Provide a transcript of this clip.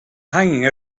hanging